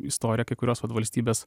istoriją kai kurios vat valstybės